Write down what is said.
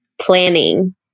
planning